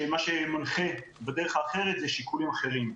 שמה שמנחה בדרך האחרת אלה שיקולים אחרים.